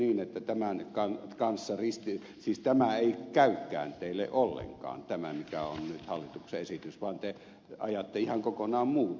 siis onko se niin että tämä ei käykään teille ollenkaan tämä mikä on nyt hallituksen esitys vaan te ajatte ihan kokonaan muuta